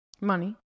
Money